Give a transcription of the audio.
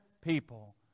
people